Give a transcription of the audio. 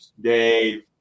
Dave